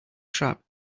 trap